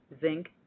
zinc